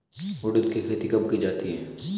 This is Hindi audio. उड़द की खेती कब की जाती है?